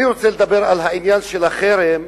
אני רוצה לדבר על העניין של החרם,